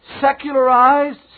secularized